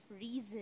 reason